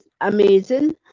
amazing